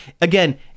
again